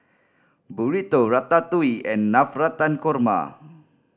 Burrito Ratatouille and Navratan Korma